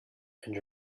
and